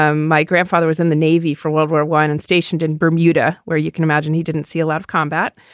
ah my grandfather was in the navy for world war one and stationed in bermuda, where you can imagine he didn't see a lot of combat.